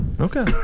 Okay